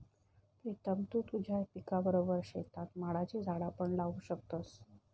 प्रीतम तु तुझ्या पिकाबरोबर शेतात माडाची झाडा पण लावू शकतस